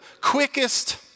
quickest